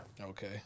Okay